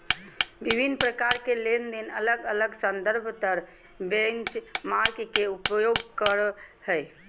विभिन्न प्रकार के लेनदेन अलग अलग संदर्भ दर बेंचमार्क के उपयोग करो हइ